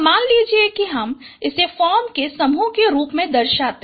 मान लीजिए कि हम इसे फॉर्म के समूह के रूप में दर्शाते हैं